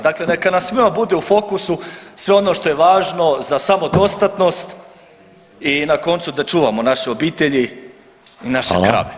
Dakle, neka nam svima bude u fokusu sve ono što je važno za samodostatnost i na koncu da čuvamo naše obitelji [[Upadica: Hvala.]] i naše krave.